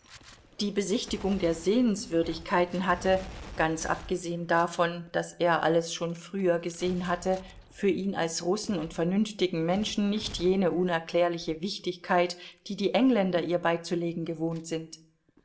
die besichtigung der sehenswürdigkeiten hatte ganz abgesehen davon daß er alles schon früher gesehen hatte für ihn als russen und vernünftigen menschen nicht jene unerklärliche wichtigkeit die die engländer ihr beizulegen gewohnt sind